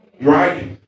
Right